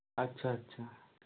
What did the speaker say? আচ্ছা আচ্ছা